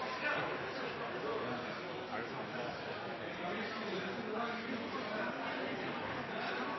det er fornuftig. Så er det ikke